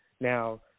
Now